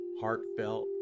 heartfelt